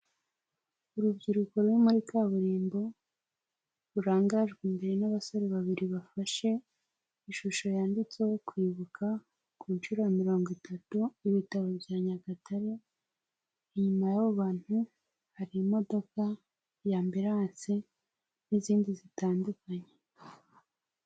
Urubyiruko ruri muri kaburimbo rurangajwe imbere n'abasore babiri bafashe ishusho yanditseho kwibuka ku nshuro ya mirongo itatu ibitaro bya Nyagatare, inyuma y'abo bantu hari imodoka ya Ambulance n'izindi zitandukanye.